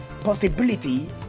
Possibility